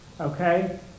Okay